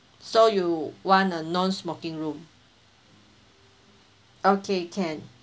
so you want a non-smoking room okay can